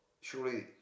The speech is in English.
surely